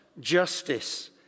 justice